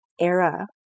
era